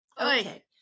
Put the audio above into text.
Okay